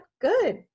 good